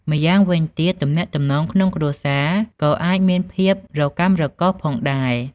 ម្យ៉ាងវិញទៀត ទំនាក់ទំនងក្នុងគ្រួសារក៏អាចមានភាពរកាំរកូសផងដែរ។